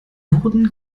wurden